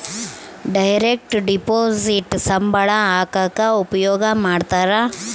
direct deposit ಸಂಬಳ ಹಾಕಕ ಉಪಯೋಗ ಮಾಡ್ತಾರ